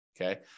okay